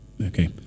Okay